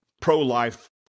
pro-life